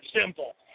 simple